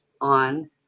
on